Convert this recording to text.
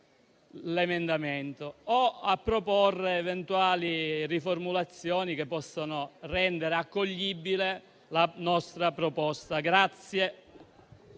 l'emendamento 9.202, o proporre eventuali riformulazioni che possano rendere accoglibile la nostra proposta.